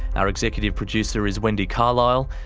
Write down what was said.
our executive producer is wendy carlisle,